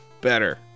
better